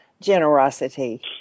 generosity